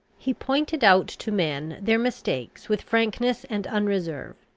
he pointed out to men their mistakes with frankness and unreserve,